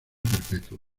perpetua